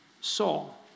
Saul